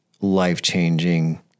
life-changing